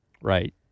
Right